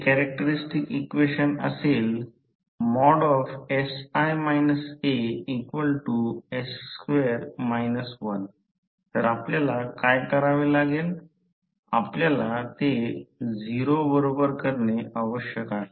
मी 1 circuit वर परत जात आहे की ट्रान्सफॉर्मर मधील तांबे लॉस फक्त धरून ठेवला आहे